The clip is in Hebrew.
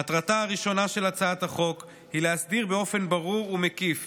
מטרתה הראשונה של הצעת החוק היא להסדיר באופן ברור ומקיף